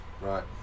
right